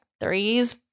threes